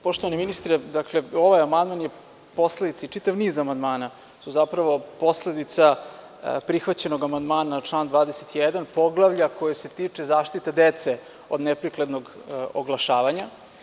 Poštovani ministre, ovaj amandman je posledica, odnosno čitav niz amandmana su zapravo posledice prihvaćenog amandmana na član 21. poglavlja koje se tiče zaštite dece od neprikladnog oglašavanja.